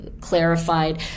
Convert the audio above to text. clarified